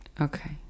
Okay